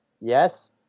Yes